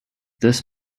this